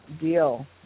deal